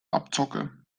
abzocke